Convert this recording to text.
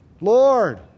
Lord